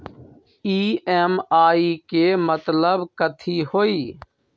EMI के मतलब कथी होई?